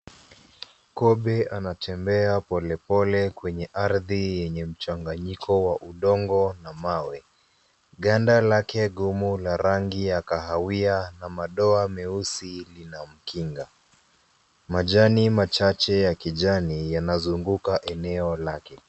Kobe anatembea pole pole kwenye ardhi yenye mchanganyiko wa udongo na mawe. Ganda lake gumu la rangi ya kahawia na madoa meusi lina mkinga. Majani machache ya kijani, yanazunguka eneo lake.